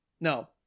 No